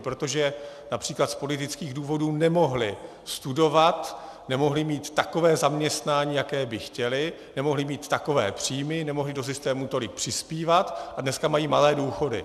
Protože například z politických důvodů nemohli studovat, nemohli mít takové zaměstnání, jaké by chtěli, nemohli mít takové příjmy, nemohli do systému tolik přispívat, a dneska mají malé důchody.